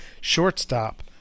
shortstop